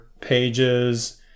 pages